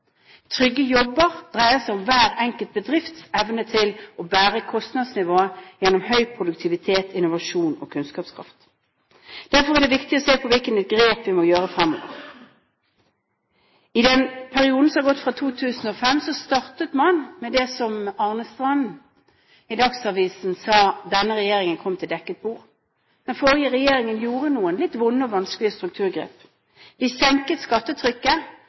Trygge jobber dreier seg om hver enkelt bedrifts evne til å bære kostnadsnivået gjennom høy produktivitet, innovasjon og kunnskapskraft. Derfor er det viktig å se på hvilke grep vi må gjøre fremover. Man startet den perioden som er gått fra 2005, med det som Arne Strand i Dagsavisen sa, at denne regjeringen kom til dekket bord. Den forrige regjeringen gjorde noen litt vonde og vanskelige strukturgrep. Vi senket skattetrykket.